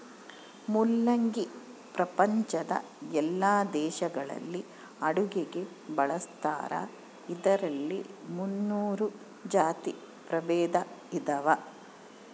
ಮುಲ್ಲಂಗಿ ಪ್ರಪಂಚದ ಎಲ್ಲಾ ದೇಶಗಳಲ್ಲಿ ಅಡುಗೆಗೆ ಬಳಸ್ತಾರ ಇದರಲ್ಲಿ ಮುನ್ನೂರು ಜಾತಿ ಪ್ರಭೇದ ಇದಾವ